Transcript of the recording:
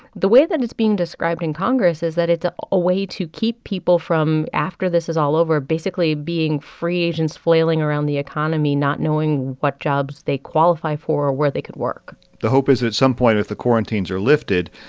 the way that it's being described in congress is that it's a ah way to keep people from, after this is all over, basically being free agents flailing around the economy, not knowing what jobs they qualify for or where they could work the hope is, at some point, if the quarantines are lifted,